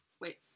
Wait